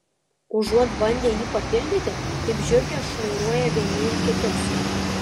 užuot bandę jį papildyti kaip žiurkės šnairuoja vieni į kitus